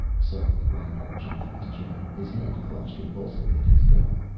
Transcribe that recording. suddenly reinhart jumped from his chair. his hand clutched convulsively at his gun.